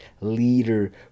leader